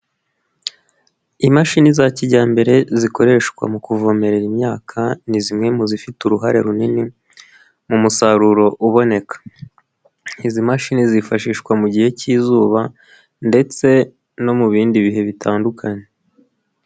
Imashini za kijyambere zikoreshwa mu kuvomerera imyaka ni zimwe mu zifite uruhare runini mu musaruro uboneka. Izi mashini zifashishwa mu gihe k'izuba ndetse no mu bindi bihe bitandukanye.